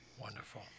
Wonderful